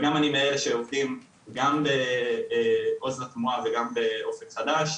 וגם אני מאלה שעובדים גם בעוז לתמורה וגם באופן חדש,